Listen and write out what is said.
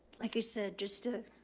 like you said, just to